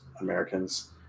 Americans